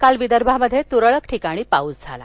काल विदर्भात तुरळक ठिकाणी पाऊस झाला